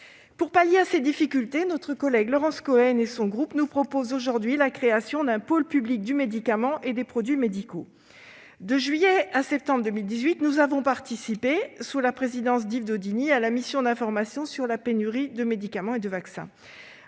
Pour pallier ces difficultés, notre collègue Laurence Cohen et son groupe nous proposent aujourd'hui la création d'un « pôle public du médicament et des produits médicaux ». De juillet à septembre 2018, nous avons participé, sous la présidence d'Yves Daudigny, à la mission d'information sur la pénurie de médicaments et de vaccins.